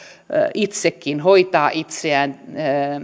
itsekin hoitaa itseään